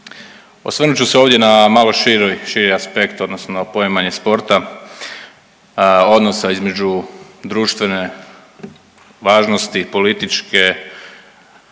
Osvrnut ću se ovdje na malo široj, širi aspekt odnosno poimanje sporta odnosa između društvene važnosti i političke